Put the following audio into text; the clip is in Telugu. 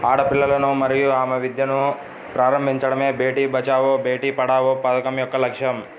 ఆడపిల్లలను మరియు ఆమె విద్యను ప్రారంభించడమే బేటీ బచావో బేటి పడావో పథకం యొక్క లక్ష్యం